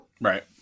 Right